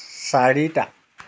চাৰিটা